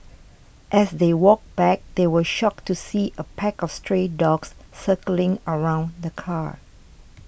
as they walked back they were shocked to see a pack of stray dogs circling around the car